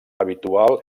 habitual